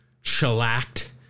shellacked